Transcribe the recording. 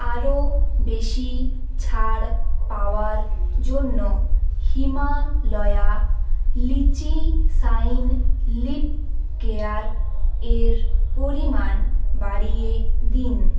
আরও বেশি ছাড় পাওয়ার জন্য Himalaya lychee shine lip care এর পরিমাণ বাড়িয়ে দিন